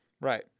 Right